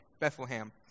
Bethlehem